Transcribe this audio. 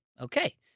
Okay